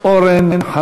אורן אסף